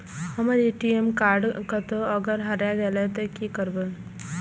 हमर ATM card कतहो अगर हेराय गले ते की करबे?